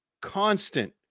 constant